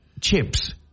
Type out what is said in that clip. chips